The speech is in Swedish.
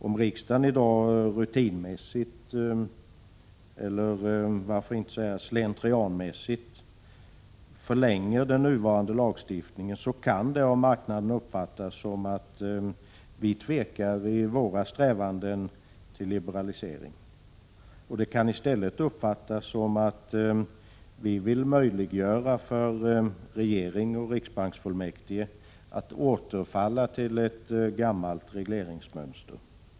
Om riksdagen i dag rutinmässigt, eller varför inte säga slentrianmässigt, förlänger den nuvarande lagstiftningen, kan det av marknaden uppfattas som att vi tvekar i våra strävanden till liberalisering och i stället vill möjliggöra för regering och riksbanksfullmäktige att återfalla till ett gammalt regleringsmönster.